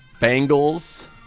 Bengals